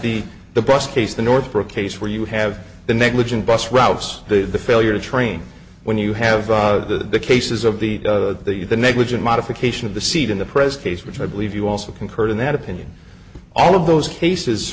the the bus case the northbrook case where you have the negligent bus routes the failure to train when you have the cases of the you the negligent modification of the seat in the present case which i believe you also concurred in that opinion all of those cases